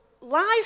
life